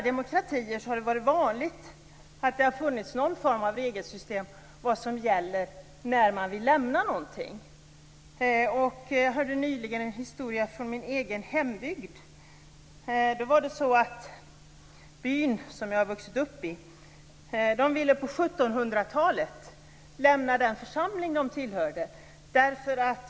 I demokratier har det varit vanligt att det har funnits någon form av regelsystem för vad som gäller när man vill lämna någonting som man är med i. Jag hörde nyligen en historia från min egen hembygd. Byn som jag har vuxit upp i ville på 1700-talet lämna den församling man tillhörde.